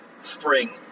spring